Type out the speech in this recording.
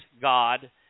God